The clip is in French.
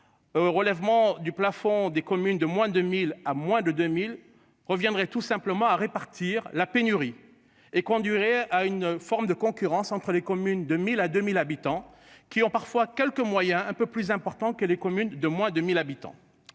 Relèvement du plafond des communes de moins de 1000 à moins de 2000 reviendrait tout simplement à répartir la pénurie et conduirait à une forme de concurrence entre les communes de 1000 à 2000 habitants qui ont parfois quelques moyens un peu plus important que les communes de moins de 1000 habitants.